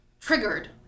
Triggered